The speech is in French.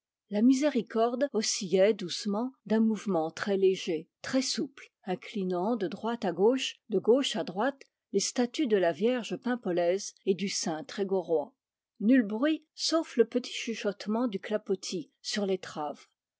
la miséricorde oscillait doucement d'un mouvement très léger très souple inclinant de droite à gauche de gauche à droite les statues de la vierge paimpolaise et du saint trégorois nul bruit sauf le petit chuchotement du clapotis sur l'étrave